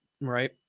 right